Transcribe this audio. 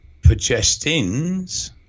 Progestins